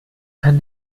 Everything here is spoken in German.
kann